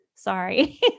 Sorry